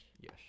Yes